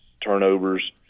turnovers